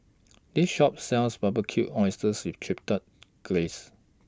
This Shop sells Barbecued Oysters with Chipotle Glaze